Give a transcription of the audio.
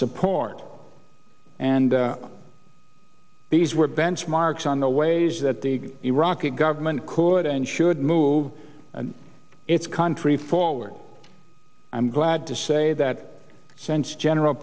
support and these were benchmarks on the ways that the iraqi government could and should move and its country forward i'm glad to say that since general